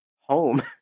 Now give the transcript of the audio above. home